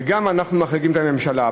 וגם אנחנו מחריגים את הממשלה.